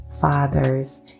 fathers